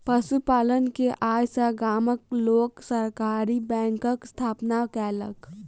पशु पालन के आय सॅ गामक लोक सहकारी बैंकक स्थापना केलक